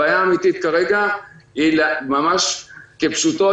הבעיה האמיתית כרגע היא ממש כפשוטו: